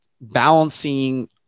balancing